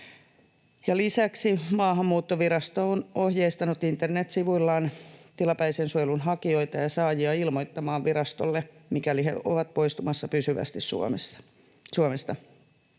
Lisäksi Maahanmuuttovirasto on ohjeistanut internet-sivuillaan tilapäisen suojelun hakijoita ja saajia ilmoittamaan virastolle, mikäli he ovat poistumassa pysyvästi Suomesta.